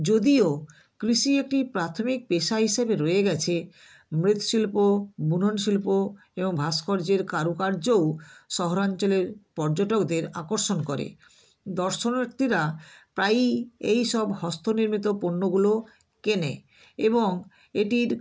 যদিও কৃষি একটি প্রাথমিক পেশা হিসেবে রয়ে গেছে মৃৎশিল্প বুননশিল্প এবং ভাস্কর্যের কারুকার্যও শহরাঞ্চলে পর্যটকদের আকর্ষণ করে দর্শনার্থীরা প্রায়ই এই সব হস্তনির্মিত পণ্যগুলো কেনে এবং এটির